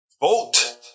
Vote